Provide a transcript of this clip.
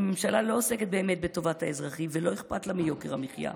הממשלה לא עוסקת באמת בטובת האזרחים ולא אכפת לה מיוקר המחיה.